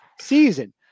season